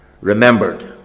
Remembered